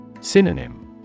Synonym